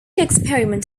experiment